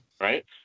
right